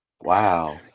Wow